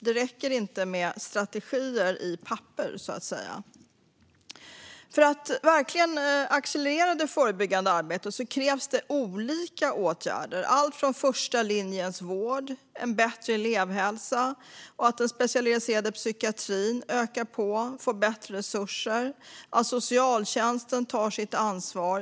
Det räcker inte med strategier på papper, så att säga. För att verkligen accelerera det förebyggande arbetet krävs olika åtgärder, alltifrån första linjens vård till en bättre elevhälsa och att den specialiserade psykiatrin får bättre resurser samt att socialtjänsten tar sitt ansvar.